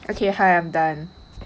okay hi I'm done